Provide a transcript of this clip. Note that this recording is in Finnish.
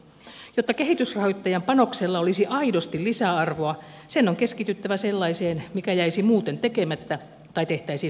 jotta kehitysrahoittajan panoksella olisi aidosti lisäarvoa sen on keskityttävä sellaiseen mikä jäisi muuten tekemättä tai tehtäisiin huonommin